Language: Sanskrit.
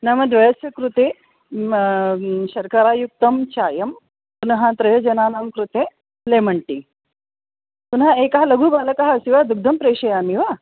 नाम द्वयस्य कृते शर्करायुक्तं चायं पुनः त्रयजनानां कृते लेमन् टी पुनः एकः लघु बालकः अस्ति वा दुग्धं प्रेषयामि वा